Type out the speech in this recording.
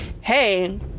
hey